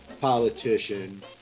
politician